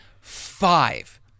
five